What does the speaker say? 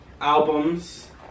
albums